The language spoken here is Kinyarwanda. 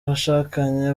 abashakanye